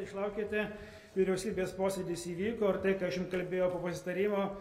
išlaukėte vyriausybės posėdis įvyko ir tai ką aš jum kalbėjau po pasitarimo